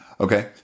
Okay